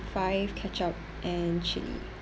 five ketchup and chilli